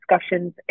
discussions